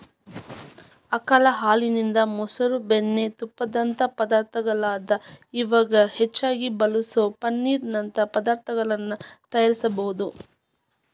ಆಕಳ ಹಾಲಿನಿಂದ, ಮೊಸರು, ಬೆಣ್ಣಿ, ತುಪ್ಪದಂತ ಪದಾರ್ಥಗಳಲ್ಲದ ಇವಾಗ್ ಹೆಚ್ಚಾಗಿ ಬಳಸೋ ಪನ್ನೇರ್ ನಂತ ಪದಾರ್ತಗಳನ್ನ ತಯಾರಿಸಬೋದು